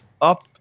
up